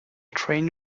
train